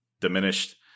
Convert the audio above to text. diminished